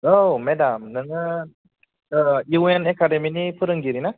औ मेदाम नोङो इउ एन एकाडेमिनि फोरोंगिरि ना